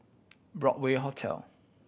Broadway Hotel